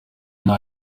nta